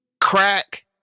crack